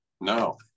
No